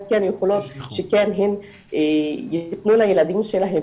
כן יכולות שכן הן יתנו לילדים שלהן